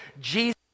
Jesus